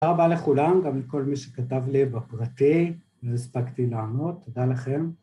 ‫תודה רבה לכולם, ‫גם לכל מי שכתב לי בפרטי, ‫לא הספקתי לענות. ‫תודה לכם.